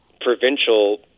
provincial